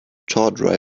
tawdry